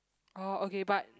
oh okay but